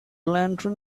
lantern